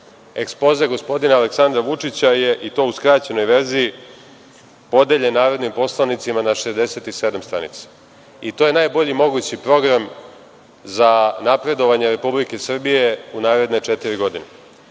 Ekspoze gospodina Aleksandra Vučića je, i to u skraćenoj verziji, podeljen narodnim poslanicima na 67 stranica. To je najbolji mogući program za napredovanje Republike Srbije u naredne četiri